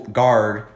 guard